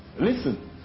listen